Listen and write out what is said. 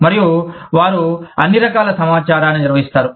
మరియు వారు అన్ని రకాల సమాచారాన్ని నిర్వహిస్తారు